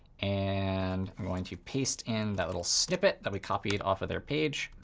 and i'm going to paste in that little snippet that we copied off of their page.